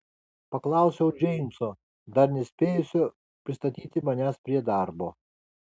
paklausiau džeimso dar nespėjusio pristatyti manęs prie darbo